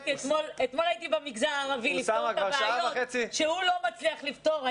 אתמול הייתי במגזר הערבי לפתור את הבעיות שהוא לא מצליח לפתור.